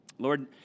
Lord